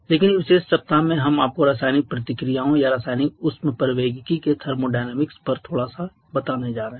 लेकिन इस विशेष सप्ताह में हम आपको रासायनिक प्रतिक्रियाओं या रासायनिक ऊष्मप्रवैगिकी के थर्मोडायनामिक्स पर थोड़ा सा बताने जा रहे हैं